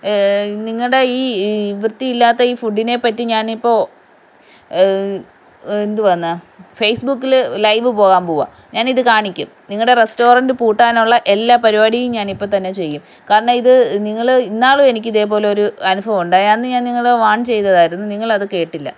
നിങ്ങളുടെ ഈ ഈ വൃത്തിയില്ലാത്ത ഈ ഫുഡിനെ പറ്റി ഞാൻ ഇപ്പോൾ എന്തുവാന്നാ ഫേസ്ബുക്കിൽ ലൈവ് പോകാൻ പോവാ ഞാൻ ഇത് കാണിക്കും നിങ്ങളുടെ റെസ്റ്റോൻ്റ് പൂട്ടാനുള്ള എല്ലാ പരിപാടിയും ഞാൻ ഇപ്പം തന്നെ ചെയ്യും കാരണം ഇത് നിങ്ങള് ഇന്നാളും എനിക്ക് ഇതേ പോലെ ഒരു അനുഭവം ഉണ്ടായി അന്ന് ഞാൻ നിങ്ങളെ വാർൺ ചെയ്തതായിരുന്നു നിങ്ങൾ അത് കേട്ടില്ല